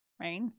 right